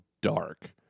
dark